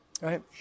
right